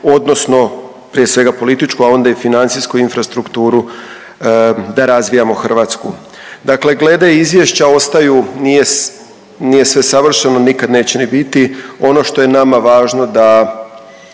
odnosno prije svega političku, a onda i financijsku infrastrukturu da razvijamo Hrvatsku. Dakle, glede izvješća ostaju, nije sve savršeno, nikad neće ni biti. Ono što je nama važno da